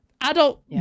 adult